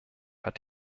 hat